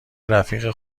رفیق